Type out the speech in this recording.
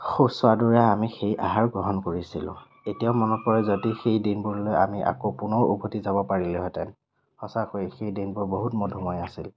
সুস্বাদুৰে আমি সেই আহাৰ গ্ৰহণ কৰিছিলোঁ এতিয়াও মনত পৰে যদি সেই দিনবোৰলে আমি আকৌ পুনৰ উভতি যাব পাৰিলোহেঁতেন সঁচাকৈয়ে সেই দিনবোৰ বহুত মধুময় আছিল